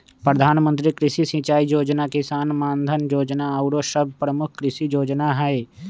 प्रधानमंत्री कृषि सिंचाई जोजना, किसान मानधन जोजना आउरो सभ प्रमुख कृषि जोजना हइ